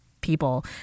people